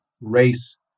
race